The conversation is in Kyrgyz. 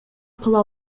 кыла